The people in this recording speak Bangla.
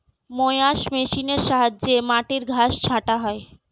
মোয়ার্স মেশিনের সাহায্যে মাটির ঘাস ছাঁটা হয়